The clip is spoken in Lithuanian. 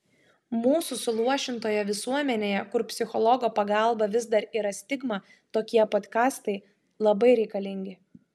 mūsų suluošintoje visuomenėje kur psichologo pagalba vis dar yra stigma tokie podkastai labai reikalingi